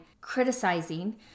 criticizing